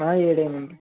ఏడు ఎనిమిది